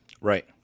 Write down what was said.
Right